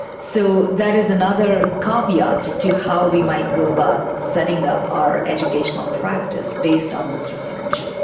so that is another caveat to how we might go about setting up our educational practice based on this research.